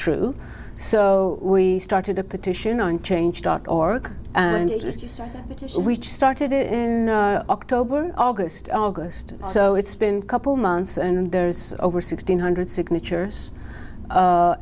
true so we started a petition on change dot org and it was just started in october august august so it's been a couple months and there's over sixteen hundred signatures